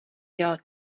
dělal